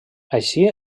així